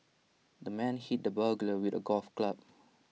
the man hit the burglar with A golf club